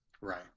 Right